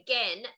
Again